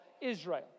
Israel